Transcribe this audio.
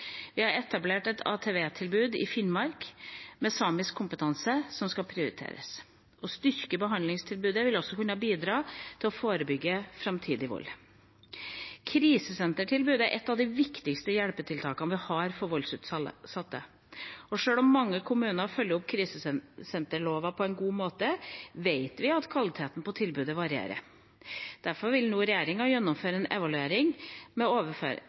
Vi har etablert et ATV-tilbud i Finnmark med samisk kompetanse, som skal prioriteres. Å styrke behandlingstilbudene vil kunne bidra til å forebygge framtidig vold. Krisesentertilbudet er et av de viktigste hjelpetiltakene vi har for voldsutsatte. Sjøl om mange kommuner følger opp krisesenterloven på en god måte, vet vi at kvaliteten på tilbudet varierer. Derfor vil regjeringa nå gjennomføre en evaluering,